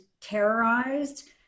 terrorized